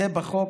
זה בחוק,